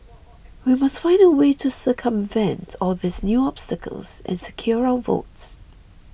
we must find a way to circumvent all these new obstacles and secure our votes